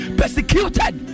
persecuted